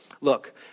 Look